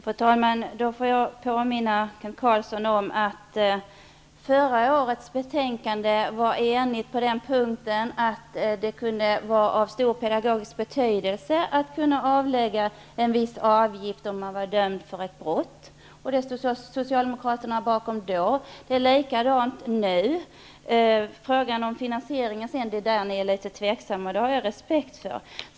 Fru talman! Jag kan då påminna Kent Carlsson om att utskottet i förra årets betänkande var enigt om att det kunde vara av stor pedagogisk betydelse för den som var dömd för ett brott att kunna betala en viss avgift. Socialdemokraterna stod då bakom detta, och det gör ni även nu, medan ni är litet tveksamma beträffande finansieringen. Det har jag respekt för.